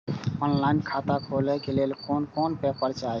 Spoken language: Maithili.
ऑनलाइन खाता खोले के लेल कोन कोन पेपर चाही?